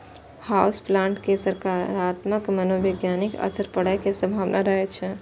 house plant के सकारात्मक मनोवैज्ञानिक असर पड़ै के संभावना रहै छै